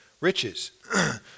riches